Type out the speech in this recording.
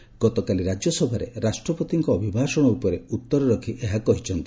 ପ୍ରଧାନମନ୍ତ୍ରୀ ଗତକାଲି ରାଜ୍ୟସଭାରେ ରାଷ୍ଟ୍ରପତିଙ୍କ ଅଭିଭାଷଣ ଉପରେ ଉତ୍ତର ରଖି ଏହା କହିଛନ୍ତି